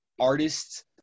artists